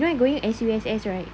you know I going S_U_S_S right